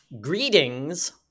greetings